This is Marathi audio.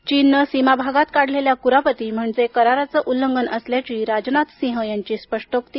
चीनने सीमा भागात काढलेल्या क्रापती म्हणजे कराराचं उल्लंघन असल्याची राजनाथ सिंह यांची स्पष्टोक्ती